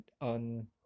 on